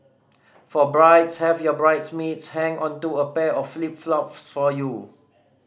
for brides have your bridesmaids hang onto a pair of flip flops for you